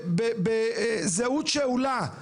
בזהות שאולה,